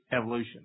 evolution